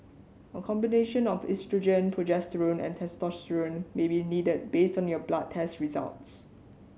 a combination of oestrogen progesterone and testosterone may be needed based on your blood test results